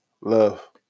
Love